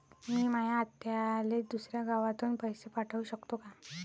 मी माया आत्याले दुसऱ्या गावातून पैसे पाठू शकतो का?